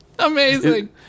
Amazing